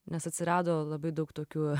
nes atsirado labai daug tokių